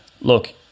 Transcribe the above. look